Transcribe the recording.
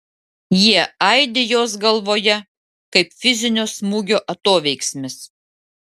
jie aidi jos galvoje kaip fizinio smūgio atoveiksmis